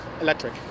Electric